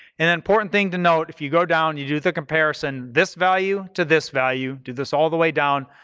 and important thing to note, if you go down and you do the comparison, this value to this value, do this all the way down,